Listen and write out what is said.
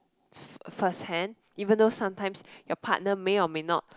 first hand even though sometimes your partner may or may not